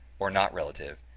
or not relative,